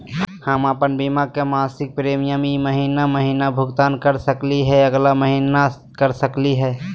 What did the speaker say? हम अप्पन बीमा के मासिक प्रीमियम ई महीना महिना भुगतान कर सकली हे, अगला महीना कर सकली हई?